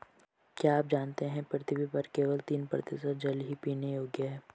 क्या आप जानते है पृथ्वी पर केवल तीन प्रतिशत जल ही पीने योग्य है?